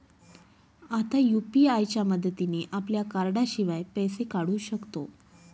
आता यु.पी.आय च्या मदतीने आपल्या कार्डाशिवाय पैसे काढू शकतो